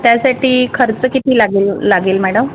त्यासाठी खर्च किती लागेल लागेल मॅडम